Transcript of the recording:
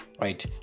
right